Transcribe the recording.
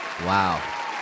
Wow